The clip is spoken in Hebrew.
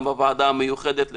גם בוועדה המיוחדת תקנות,